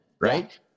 Right